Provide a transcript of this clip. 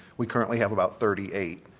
we currently have about thirty eight.